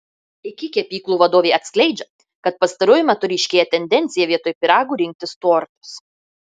iki kepyklų vadovė atskleidžia kad pastaruoju metu ryškėja tendencija vietoj pyragų rinktis tortus